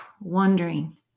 wondering